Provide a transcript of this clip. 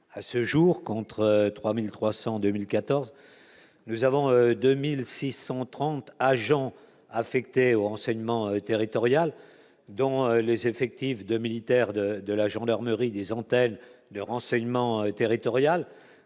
à ce jour, contre 3300 2014, nous avons 2630 agents affectés au renseignement territorial dont les effectifs de militaires de de la gendarmerie, des antennes de renseignement territorial,